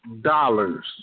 dollars